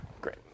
Great